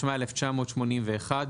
התשמ"א 1981‏,